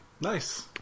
Nice